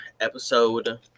episode